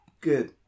Good